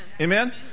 Amen